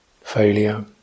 failure